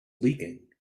leaking